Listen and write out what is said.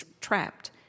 trapped